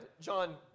John